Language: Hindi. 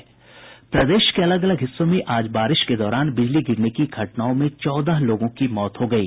प्रदेश के अलग अलग हिस्सों में आज बारिश के दौरान बिजली गिरने की घटनाओं में चौदह लोगों की मौत हो गयी